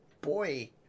boy